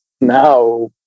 now